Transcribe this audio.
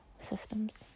systems